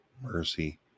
mercy